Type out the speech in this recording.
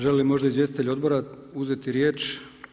Želi li možda izvjestitelj odbora uzeti riječ?